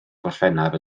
gorffennaf